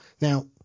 Now